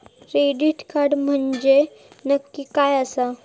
Credit card म्हंजे नक्की काय आसा?